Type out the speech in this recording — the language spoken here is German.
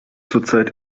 zurzeit